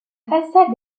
façade